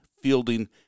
fielding